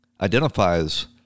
identifies